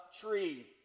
tree